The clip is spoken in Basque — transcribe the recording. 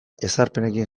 ezarpenekin